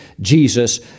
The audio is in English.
Jesus